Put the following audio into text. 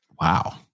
Wow